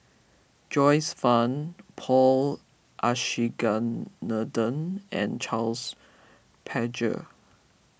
Joyce Fan Paul Abisheganaden and Charles Paglar